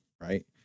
right